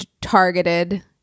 targeted